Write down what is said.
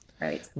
right